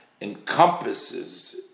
encompasses